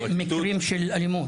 אלה מקרי אלימות.